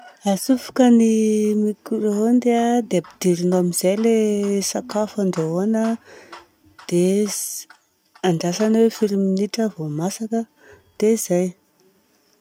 Atsofoka ny micro-ondes a dia ampidirina ao amizay ny sakafo andrahoana, dia andrasana hoe firy minitra vao masaka, dia izay.